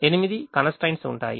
ఎనిమిది constraints ఉంటాయి